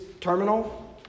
terminal